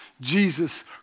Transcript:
Jesus